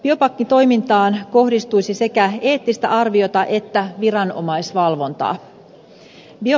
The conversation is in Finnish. biopankkitoimintaan kohdistuisi sekä eettistä arviota että viranomaisvalvontaa